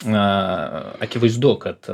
na akivaizdu kad